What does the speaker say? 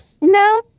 No